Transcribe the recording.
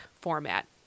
format